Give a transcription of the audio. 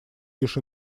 лишь